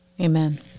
Amen